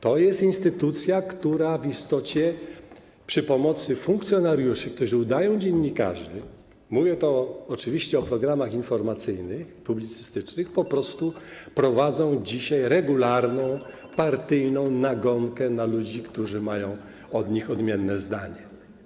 To jest instytucja, która w istocie przy pomocy funkcjonariuszy, którzy udają dziennikarzy, mówię tu oczywiście o programach informacyjnych, publicystycznych, po prostu prowadzi dzisiaj regularną, partyjną nagonkę na ludzi, którzy mają od nich odmienne zdanie.